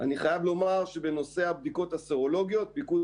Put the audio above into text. אני חייב לומר שבנושא הבדיקות הסרולוגיות פיקוד